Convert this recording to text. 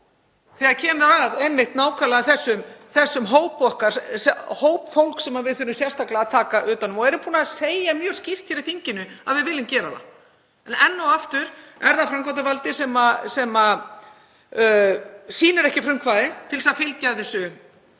þegar kemur að nákvæmlega þessum hópi fólks sem við þurfum sérstaklega að taka utan um og erum búin að segja mjög skýrt hér í þinginu að við viljum taka utan um. Enn og aftur er það framkvæmdarvaldið sem sýnir ekki frumkvæði til þess að fylgja þessu